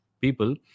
people